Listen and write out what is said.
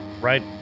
right